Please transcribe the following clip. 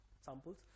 samples